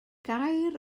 gair